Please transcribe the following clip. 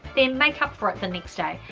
then make up for it the next day.